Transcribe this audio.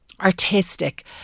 Artistic